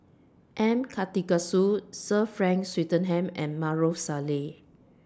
M Karthigesu Sir Frank Swettenham and Maarof Salleh